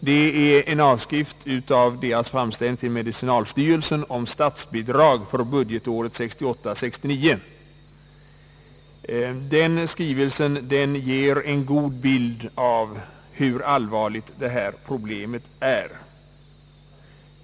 Skrivelsen återger föreningens framställning till medicinalstyrelsen om statsbidrag för budgetåret 1968/69. Den ger en god bild av hur allvarligt tobaksproblemet är.